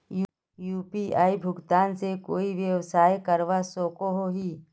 UPI भुगतान से कोई व्यवसाय करवा सकोहो ही?